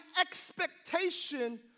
expectation